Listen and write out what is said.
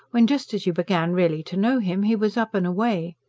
when, just as you began really to know him, he was up and away?